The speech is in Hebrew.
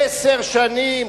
עשר שנים,